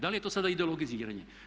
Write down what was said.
Da li je to sada ideologiziranje?